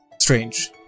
strange